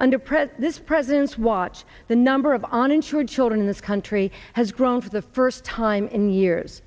under present this president's watch the number of uninsured children in the country has grown for the first time in years